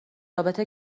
رابطه